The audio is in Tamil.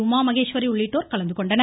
உமா மகேஷ்வரி உள்ளிட்டோர் கலந்துகொண்டனர்